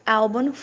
album